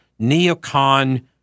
neocon